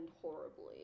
horribly